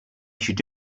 should